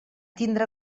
tindre